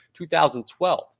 2012